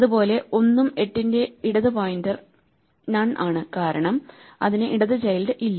അതുപോലെ ഒന്നും 8 ന്റെ ഇടത് പോയിന്റർ നൺ ആണ് കാരണം അതിനു ഇടത് ചൈൽഡ് ഇല്ല